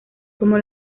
como